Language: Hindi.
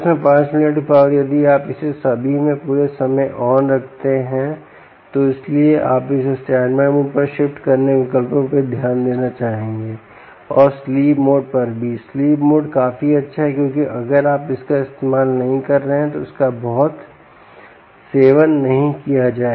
135 mW की पॉवर यदि आप इसे सभी में पूरे समय ऑन रखते हैं तो इसलिए आप इसे स्टैंडबाय मोड पर शिफ्ट करने के विकल्पों पर भी ध्यान देना चाहेंगे और स्लीप मोड पर भी स्लीप मोड काफी अच्छा है क्योंकि अगर आप इसका इस्तेमाल नहीं कर रहे हैं तो इसका बहुत सेवन नहीं किया जाएगा